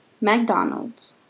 McDonald's